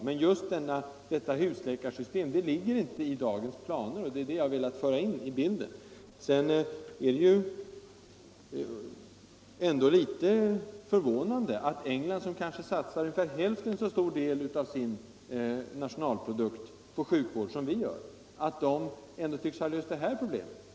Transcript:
Men just husläkarsystemet finns inte med i dagens planer och det är det som jag har velat föra in i bilden. Det är litet förvånande att England, som satsar kanske bara hälften så stor del av sin nationalprodukt på sjukvård som Sverige, ändå tycks ha löst det här problemet.